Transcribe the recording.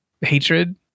hatred